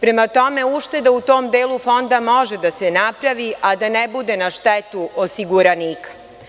Prema tome, ušteda u tom delu fonda može da se napravi, a da ne bude na štetu osiguranika.